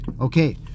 Okay